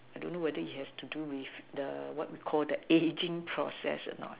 I don't know what it has to do with the what we called the ageing process or not